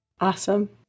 Awesome